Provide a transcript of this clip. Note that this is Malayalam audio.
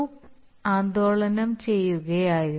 ലൂപ്പ് ആന്ദോളനം ചെയ്യുകയായിരുന്നു